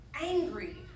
angry